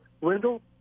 Wendell